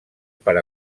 per